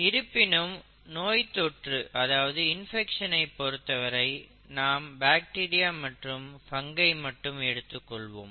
இருப்பினும் நோய்த்தொற்று பொறுத்தவரை நாம் பேக்டீரியா மற்றும் பங்கை மட்டும் எடுத்து கொள்வோம்